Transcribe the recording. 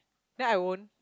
then I won't